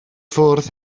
ffwrdd